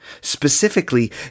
Specifically